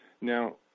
Now